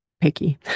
picky